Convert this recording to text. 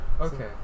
Okay